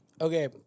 okay